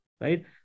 right